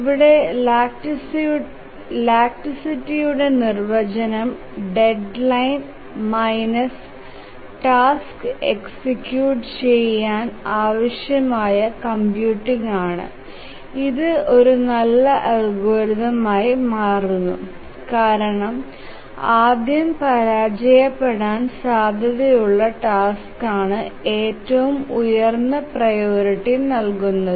ഇവിടെ ലാക്സിടിയുടെ നിർവചനം ഡെഡ്ലൈൻ മൈനസ് ടാസ്ക് എക്സിക്യൂട്ട് ചെയാൻ ആവശ്യമായ കമ്പ്യൂട്ടിങ് ആണ് ഇത് ഒരു നല്ല അൽഗോരിതം ആയി മാറുന്നു കാരണം ആദ്യം പരാജയപ്പെടാൻ സാധ്യതയുള്ള ടാസ്ക്കാണ് ഏറ്റവും ഉയർന്ന പ്രിയോറിറ്റി നൽകുന്നത്